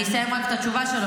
אני אסיים רק את התשובה שלו,